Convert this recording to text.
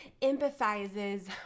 empathizes